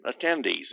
attendees